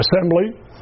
assembly